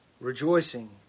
rejoicing